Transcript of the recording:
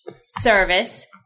service